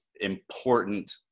important